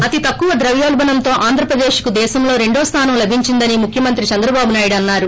అతి తక్కువ ద్రవ్వోల్బణంతో ఆంధ్రప్రదేశ్ కు దేశంలో రెండో స్థానం లభించిందని ముఖ్యమంత్రి చంద్రబాబు నాయుడు అన్నారు